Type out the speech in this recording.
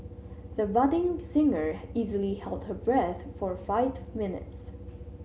the budding singer easily held her breath for five minutes